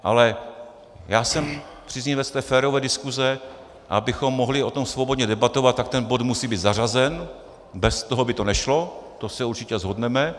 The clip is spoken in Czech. Ale já jsem příznivec férové diskuze, a abychom mohli o tom svobodně debatovat, tak ten bod musí být zařazen, bez toho by to nešlo, to se určitě shodneme.